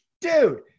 Dude